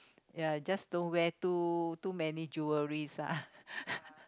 ya it's just don't wear too too many jewelleries lah